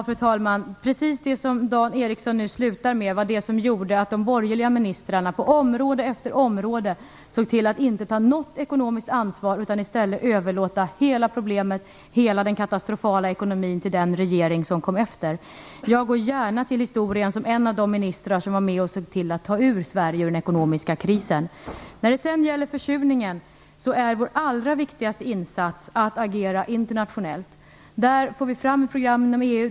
Fru talman! Precis det som Dan Ericsson sade avslutningsvis var det som gjorde att de borgerliga ministrarna på område efter område såg till att inte ta något ekonomiskt ansvar. I stället överlät de hela problemet och hela den katastrofala ekonomin till den regering som kom efter. Jag går gärna till historien som en av de ministrar som var med och såg till att ta När det gäller försurningen är vår allra viktigaste insats att agera internationellt. Vi kommer där att få fram ett program inom EU.